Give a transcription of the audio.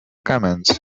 comments